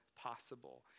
possible